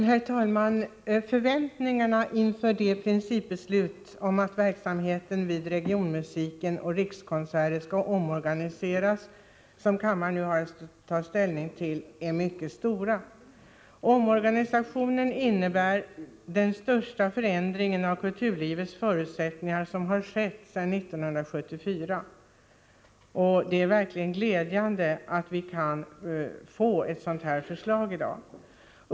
Herr talman! Förväntningarna inför det principbeslut om att verksamheten vid regionmusiken och Rikskonserter skall omorganiseras som kammaren nu har att ta ställning till är mycket stora. Omorganisationen innebär den största förändring av kulturlivets förutsättningar som skett sedan 1974. Det är verkligen glädjande att vi får ett sådant förslag i dag.